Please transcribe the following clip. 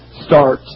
Start